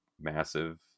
massive